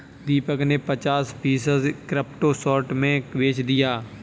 दीपक ने पचास फीसद क्रिप्टो शॉर्ट में बेच दिया